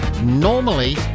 normally